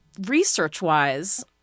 Research-wise